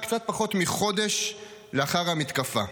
קצת פחות מחודש לאחר המתקפה.